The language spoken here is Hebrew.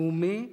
לאומי,